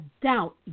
doubt